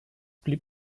blieb